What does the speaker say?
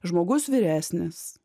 žmogus vyresnis